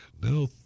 No